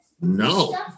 No